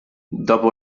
dopo